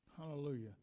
Hallelujah